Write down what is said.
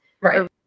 Right